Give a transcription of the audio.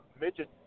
midget